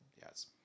yes